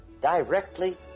directly